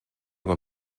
con